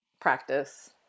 practice